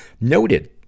noted